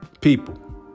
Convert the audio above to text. people